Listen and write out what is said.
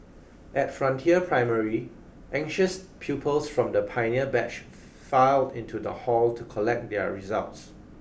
at Frontier Primary anxious pupils from the pioneer batch filed into the hall to collect their results